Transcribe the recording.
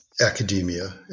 academia